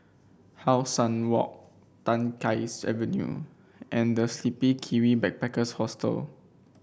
How Sun Walk Tai Keng Avenue and The Sleepy Kiwi Backpackers Hostel